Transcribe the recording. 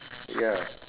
ya